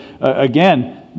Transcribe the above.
again